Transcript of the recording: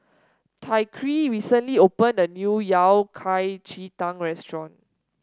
Tyreke recently opened a new Yao Cai Ji Tang restaurant